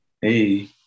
Hey